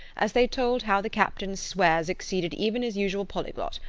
as they told how the captain's swears exceeded even his usual polyglot,